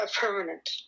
permanent